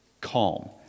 calm